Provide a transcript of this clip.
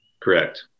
Correct